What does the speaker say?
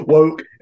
Woke